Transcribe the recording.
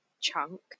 Chunk